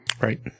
right